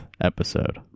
episode